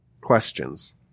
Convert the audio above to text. questions